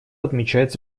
отмечается